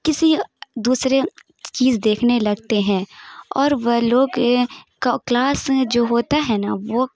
کسی دوسرے چیز دیکھنے لگتے ہیں اور وہ لوگ کلاس میں جو ہوتا ہے نا وہ